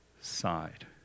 side